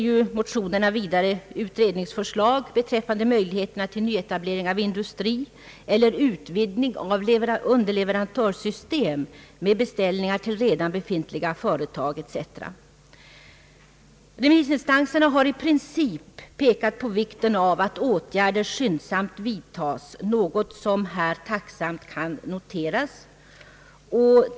I motionerna föreslås också utredning beträffande möjligheterna till nyetablering av industri eller utvidgning av underleverantörsystem med beställningar till redan befintliga företag, etc. Remissinstanserna har i princip pekat på vikten av att åtgärder skyndsamt vidtas, något som här tacksamt noteras.